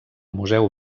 museu